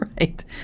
right